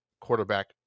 quarterback